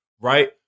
right